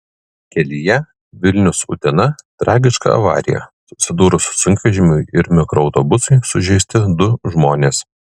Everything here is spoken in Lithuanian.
kelyje vilnius utena tragiška avarija susidūrus sunkvežimiui ir mikroautobusui sužeisti du žmonės